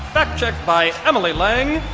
fact-checked by emily lang.